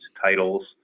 titles